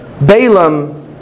Balaam